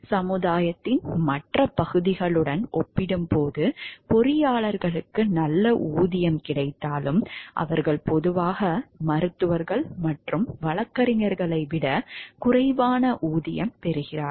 சமூகத்தின் மற்ற பகுதிகளுடன் ஒப்பிடும்போது பொறியாளர்களுக்கு நல்ல ஊதியம் கிடைத்தாலும் அவர்கள் பொதுவாக மருத்துவர்கள் மற்றும் வழக்கறிஞர்களை விட குறைவான ஊதியம் பெறுகிறார்கள்